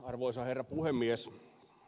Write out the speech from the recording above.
arvoisa herra puhemies